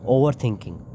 Overthinking